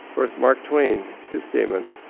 course, mark twain his statement,